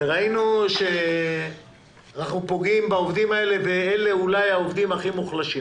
ראינו שאנחנו פוגעים בעובדים האלה ואלה אולי העובדים הכי מוחלשים